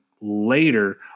later